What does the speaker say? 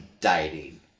dieting